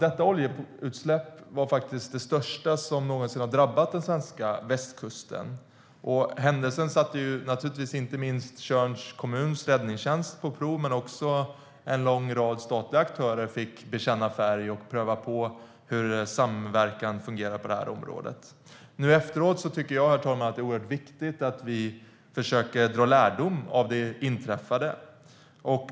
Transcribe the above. Detta oljeutsläpp var det största som någonsin har drabbat den svenska västkusten. Händelsen satte naturligtvis inte minst Tjörns kommuns räddningstjänst på prov. En lång rad statliga aktörer fick också bekänna färg och pröva på hur samverkan fungerar på detta område. Nu efteråt tycker jag, herr talman, att det är oerhört viktigt att vi försöker dra lärdom av det inträffade.